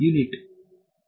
ವಿದ್ಯಾರ್ಥಿ ಯೂನಿಟ್